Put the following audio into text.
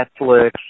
netflix